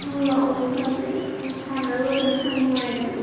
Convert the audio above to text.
ꯑꯣ ꯂꯥꯛꯑꯣ ꯏꯁꯥꯁꯦ ꯁꯥꯟꯅꯔꯨꯔꯒꯅ ꯈꯔ ꯅꯨꯡꯉꯥꯏꯗꯅ